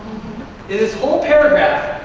in this whole paragraph,